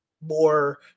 more